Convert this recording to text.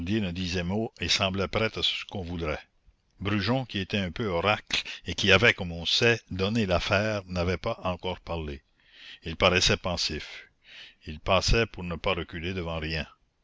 disait mot et semblait prêt à ce qu'on voudrait brujon qui était un peu oracle et qui avait comme on sait donné l'affaire n'avait pas encore parlé il paraissait pensif il passait pour ne reculer devant rien